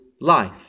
life